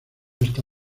está